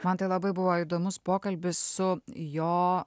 man tai labai buvo įdomus pokalbis su jo